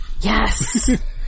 Yes